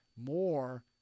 more